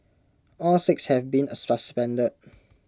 all six have been suspended